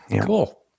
cool